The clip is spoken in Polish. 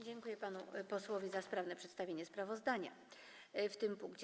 Dziękuję panu posłowi za sprawne przedstawienie sprawozdania w tym punkcie.